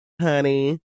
honey